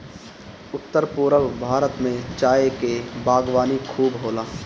उत्तर पूरब भारत में चाय के बागवानी खूब होला